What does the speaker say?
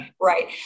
right